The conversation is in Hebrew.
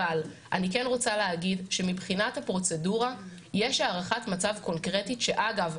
אבל אני כן רוצה להגיד שמבחינת הפרוצדורה יש הערכת מצב קונקרטית שאגב,